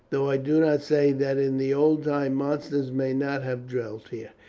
though i do not say that in the old time monsters may not have dwelt here.